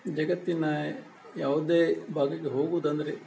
ಜಗತ್ತಿನ ಯಾವುದೇ ಭಾಗಕ್ಕೆ ಹೋಗೋದೆಂದ್ರೆ